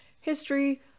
history